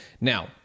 Now